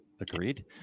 agreed